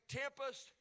tempest